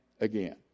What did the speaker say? again